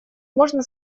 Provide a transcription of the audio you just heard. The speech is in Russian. можно